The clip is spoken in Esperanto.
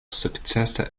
sukcese